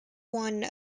one